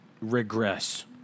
regress